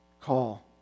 call